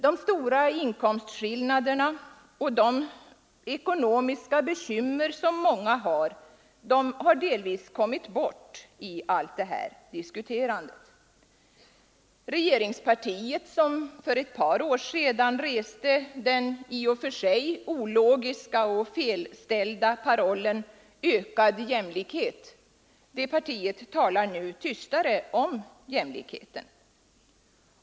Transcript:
De stora inkomstskillnaderna och de ekonomiska bekymmer som många upplever, har delvis kommit bort i allt det här diskuterandet. Regeringspartiet, som för ett par år sedan reste den i och för sig ologiska och felställda parollen ”ökad jämlikhet”, talar nu tystare om jämlikheten.